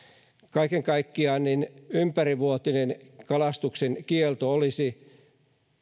kaiken kaikkiaan ympärivuotinen kalastuksen kielto olisi